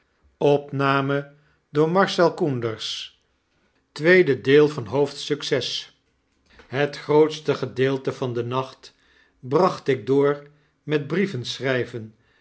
het grootste gedeelte van den nacht bracht ik door met brieven schrgven